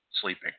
sleeping